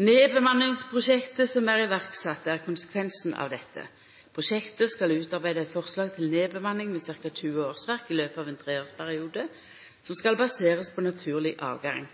Nedbemanningsprosjektet som er iverksatt er konsekvensen av dette. Prosjektet skal utarbeide et forslag til nedbemanning med ca 20 årsverk i løpet av en tre års periode , som skal baseres på naturlig avgang.